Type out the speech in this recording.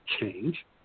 change